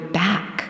back